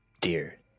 dear